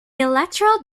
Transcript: electoral